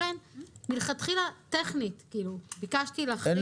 לכן מלכתחילה טכנית ביקשתי להחריג.